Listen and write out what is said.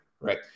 right